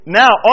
now